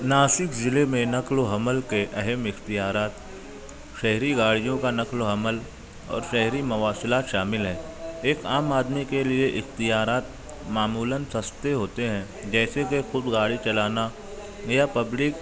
ناسک ضلع میں نقل و حمل کے اہم اختیارات شہری گاڑیوں کا نقل و حمل اور شہری مواصلات شامل ہیں ایک عام آدمی کے لیے اختیارات معمولاً سستے ہوتے ہیں جیسے کہ خود گاڑی چلانا یا پبلک